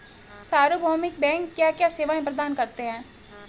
सार्वभौमिक बैंक क्या क्या सेवाएं प्रदान करते हैं?